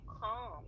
calm